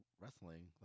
wrestling